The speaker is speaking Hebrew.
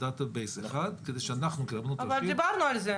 לרבנות אנחנו